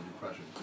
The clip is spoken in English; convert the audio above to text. depression